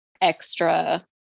extra